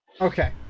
Okay